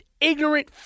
ignorant